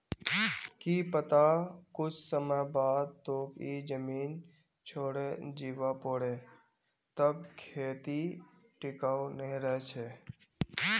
की पता कुछ समय बाद तोक ई जमीन छोडे जीवा पोरे तब खेती टिकाऊ नी रह छे